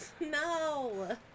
No